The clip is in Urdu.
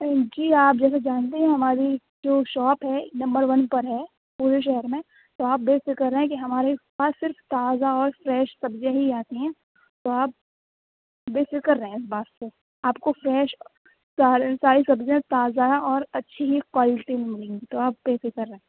جی آپ جیسے جانتی ہیں ہماری جو شاپ ہے نمبر ون پر ہے پورے شہر میں تو آپ بے فکر رہیں کہ ہمارے پاس صرف تازہ اور فریش سبزیاں ہی آتی ہیں تو آپ بے فکر رہیں اِس بات سے آپ کو فریش سارے ساری سبزیاں تازہ ہیں اور اچھی ہی کوالٹی میں ملیں گی تو آپ بے فکر رہیں